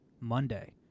Monday